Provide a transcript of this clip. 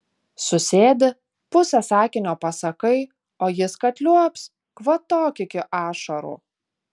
susėdi pusę sakinio pasakai o jis kad liuobs kvatok iki ašarų